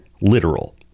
literal